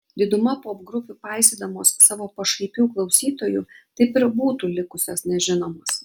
diduma popgrupių paisydamos savo pašaipių klausytojų taip ir būtų likusios nežinomos